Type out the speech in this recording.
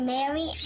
Mary